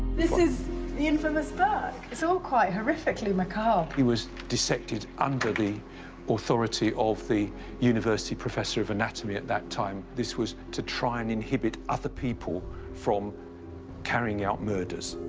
this is the infamous burke. it's all quite horrifically macabre. he was dissected under the authority of the university professor of anatomy at that time. this was to try and inhibit other people from carrying out murders.